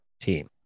team